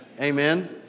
amen